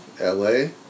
L-A